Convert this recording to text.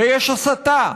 ויש הסתה,